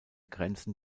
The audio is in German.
grenzen